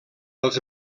els